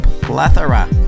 plethora